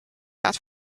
that